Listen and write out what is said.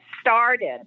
started